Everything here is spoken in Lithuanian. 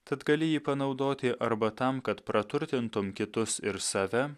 tad gali jį panaudoti arba tam kad praturtintum kitus ir save